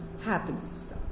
happiness